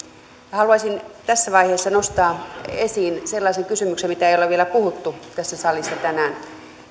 haluaisin tässä vaiheessa nostaa esiin sellaisen kysymyksen mistä ei ole vielä puhuttu tässä salissa tänään